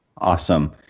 Awesome